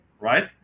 right